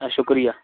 شکریہ